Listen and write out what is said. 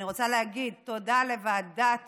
אני רוצה להגיד תודה לוועדת